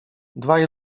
dwaj